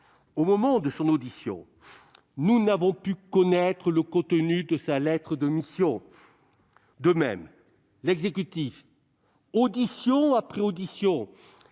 au moment de son audition, nous n'avons pu connaître le contenu de sa lettre de mission. De même, l'exécutif, auditions après auditions,